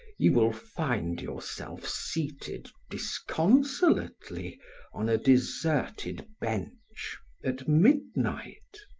you will find yourself seated disconsolately on a deserted bench at midnight.